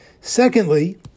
Secondly